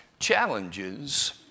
Challenges